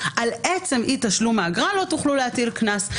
על עצם אי-תשלום האגרה לא תוכלו להטיל קנס.